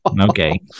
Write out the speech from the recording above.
okay